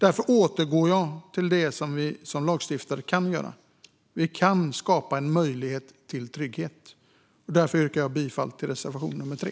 Därför återgår jag till det som vi som lagstiftare kan göra: Vi kan skapa en möjlighet till trygghet. Därför yrkar jag bifall till reservation nummer 3.